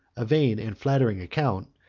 a vain and flattering account,